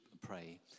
pray